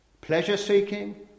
pleasure-seeking